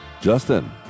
Justin